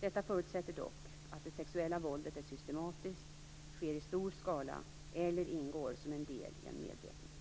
Detta förutsätter dock att det sexuella våldet är systematiskt, sker i stor skala eller ingår som del i en medveten politik.